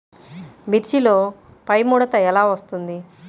మిర్చిలో పైముడత ఎలా వస్తుంది?